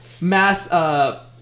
Mass